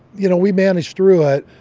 you know, we managed through it.